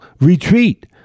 retreat